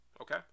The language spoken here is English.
okay